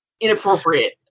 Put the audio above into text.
inappropriate